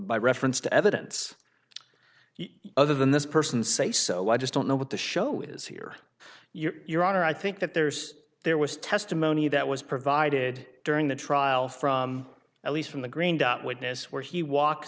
my reference to evidence you other than this person say so i just don't know what the show is here you're on or i think that there's there was testimony that was provided during the trial from at least from the green dot witness where he walk